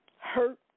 hurt